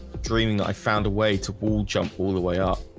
dreaming i found a way to all jump all the way up.